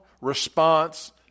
response